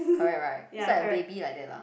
correct right just like a baby like that lah